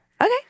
okay